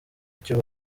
icyo